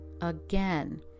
again